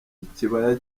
ikibaya